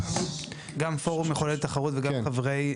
גם פורום מחוללי תחרות וגם חברי,